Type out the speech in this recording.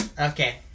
Okay